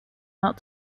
out